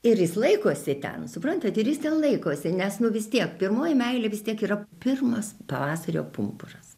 ir jis laikosi ten suprantat ir jis laikosi nes nu vis tiek pirmoji meilė vis tiek yra pirmas pavasario pumpuras